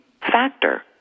factor